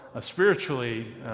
spiritually